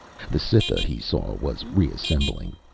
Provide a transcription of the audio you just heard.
the cytha, he saw, was reassembling.